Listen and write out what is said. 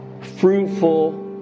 fruitful